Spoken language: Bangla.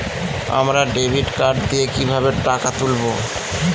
আমরা ডেবিট কার্ড দিয়ে কিভাবে টাকা তুলবো?